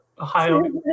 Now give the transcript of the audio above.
Ohio